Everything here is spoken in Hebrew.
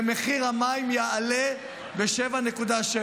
ומחיר המים יעלה ב-7.7%.